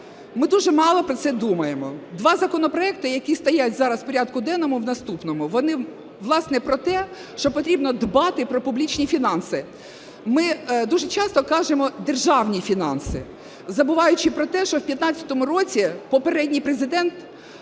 Ми дуже мало про це думаємо. Два законопроекти, які стоять зараз в порядку денному, в наступному, вони, власне, про те, що потрібно дбати про публічні фінанси. Ми дуже часто кажемо: державні фінанси, забуваючи про те, що в 15 році попередній Президент